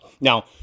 Now